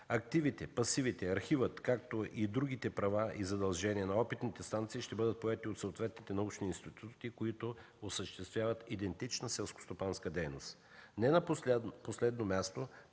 Активите, пасивите, архивът, както и другите права и задължения на опитните станции ще бъдат поети от съответните научни институти, които осъществяват идентична селскостопанска дейност. Не на последно място